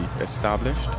established